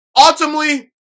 ultimately